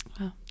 Wow